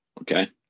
Okay